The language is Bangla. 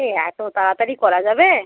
এই এত তাড়াতাড়ি করা যাবে